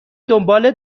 دنبال